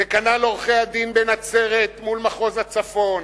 וכנ"ל עורכי-הדין בנצרת מול מחוז הצפון,